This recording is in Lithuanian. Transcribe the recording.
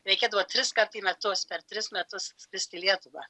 reikia duoti triskart į metus per tris metus skristi į lietuvą